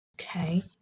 Okay